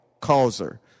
causer